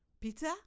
Peter